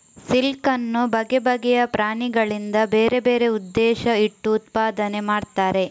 silk ಅನ್ನು ಬಗೆ ಬಗೆಯ ಪ್ರಾಣಿಗಳಿಂದ ಬೇರೆ ಬೇರೆ ಉದ್ದೇಶ ಇಟ್ಟು ಉತ್ಪಾದನೆ ಮಾಡ್ತಾರೆ